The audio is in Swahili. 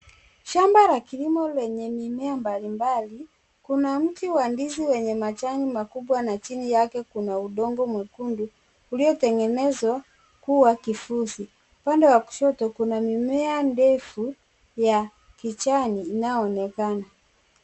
Shamba la kilimo lenye mimea mbalimbali ,kuna mti wa ndizi wenye majani makubwa na chini yake kuna udongo mwenkundu uliotengenezwa kuwa kifusi ,upande wa kushoto kuna mimea ndefu ya kijani inayoonekana.